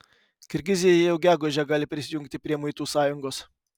kirgizija jau gegužę gali prisijungti prie muitų sąjungos